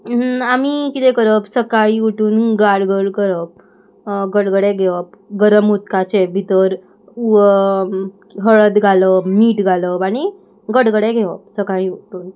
आमी कितें करप सकाळीं उठून गारगल करप गडगडे घेवप गरम उदकाचे भितर हळद घालप मीठ घालप आनी गडगडे घेवप सकाळीं उटून